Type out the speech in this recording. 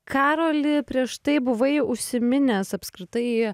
karoli prieš tai buvai užsiminęs apskritai